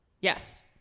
Yes